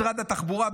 למשרד התחבורה,